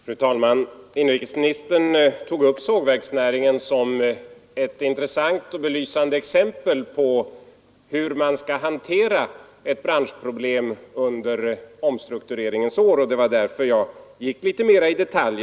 Fru talman! Inrikesministern tog upp sågverksnäringen som ett intressant och belysande exempel på hur man skall hantera ett branschproblem i omstruktureringens år, och det var därför jag gick in på saken litet mera i detalj.